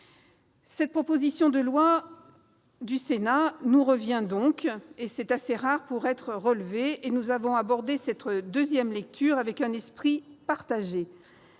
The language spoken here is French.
Cette proposition de loi du Sénat nous revient donc en deuxième lecture, c'est assez rare pour être relevé, et nous avons abordé cette nouvelle étape avec un esprit partagé.